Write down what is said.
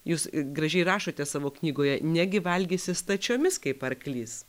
jūs gražiai rašote savo knygoje negi valgysi stačiomis kaip arklys